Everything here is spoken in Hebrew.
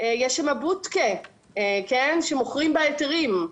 יש שם בודקה שמוכרים בה היתרים.